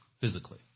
physically